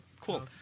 cool